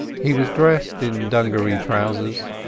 he was dressed in dungaree trousers,